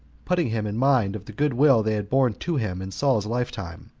putting him in mind of the good-will they had borne to him in saul's lifetime,